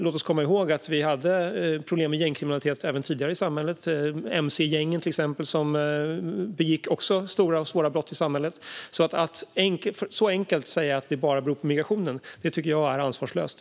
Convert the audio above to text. Låt oss komma ihåg att vi hade problem med gängkriminalitet i samhället betydligt tidigare än så, till exempel med mc-gängen som också begick stora och svåra brott i samhället. Att göra det så enkelt som att säga att detta bara beror på migrationen tycker jag är ansvarslöst.